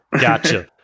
Gotcha